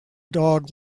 dog